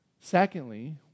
Secondly